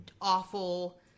awful